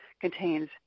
contains